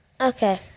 Okay